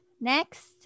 Next